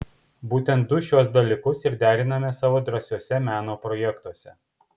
būtent du šiuos dalykus ir deriname savo drąsiuose meno projektuose